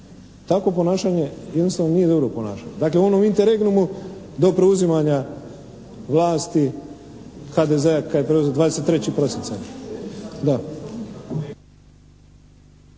Takvo ponašanje jednostavno nije dobro ponašanje. Dakle, u onom inter regnumu do preuzimanja vlasti HDZ-a, kad je preuzeo 23. prosinca.